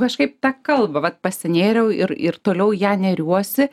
kažkaip ta kalba vat pasinėriau ir ir toliau į ją neriuosi